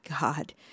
God